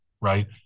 Right